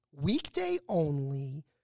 weekday-only